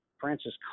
Francis